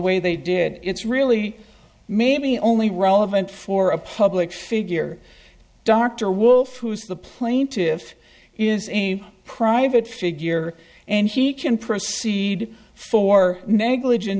way they did it's really maybe only relevant for a public figure dr wolfe who's the plaintiffs is a private figure and he can proceed for negligen